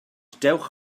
dewch